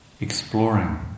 exploring